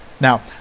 Now